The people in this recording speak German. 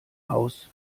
haus